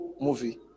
movie